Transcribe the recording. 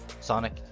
Sonic